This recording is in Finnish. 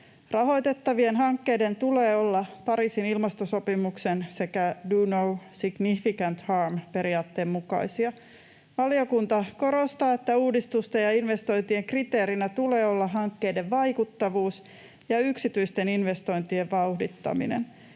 Rahoitettavien hankkeiden tulee olla Pariisin ilmastosopimuksen sekä do no significant harm -periaatteen mukaisia. Valiokunta korostaa, että uudistusten ja investointien kriteerinä tulee olla hankkeiden vaikuttavuus ja yksityisten investointien vauhdittaminen.